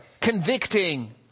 convicting